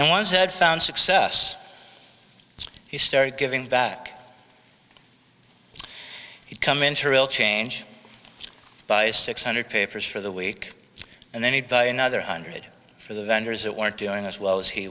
and once he had found success he started giving back he'd come into real change buy six hundred papers for the week and then he'd buy another hundred for the vendors who weren't doing as well as he